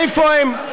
איפה הם?